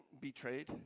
betrayed